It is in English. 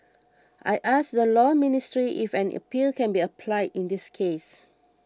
I asked the Law Ministry if an appeal can be applied in this case